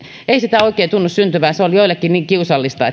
ei sitä oikein tunnu syntyvän se on joillekin niin kiusallista